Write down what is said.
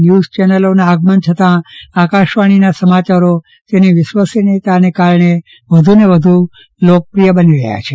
news ચેનલોના આગમન છતાં આકાશવાણીના સમાચારો તેની વિશ્વસનીયતાને કારણે વધુને વધુ લોકપ્રિય બની રહ્યા છે